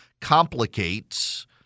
complicates